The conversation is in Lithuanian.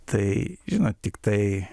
tai žinot tiktai